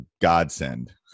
godsend